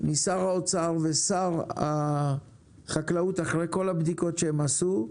משר האוצר ושר החקלאות, אחרי כל הבדיקות שהם עשו,